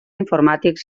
informàtic